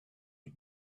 his